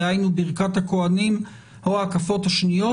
דהיינו ברכת הכוהנים או ההקפות השניות?